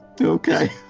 Okay